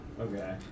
Okay